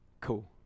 Cool